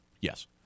Yes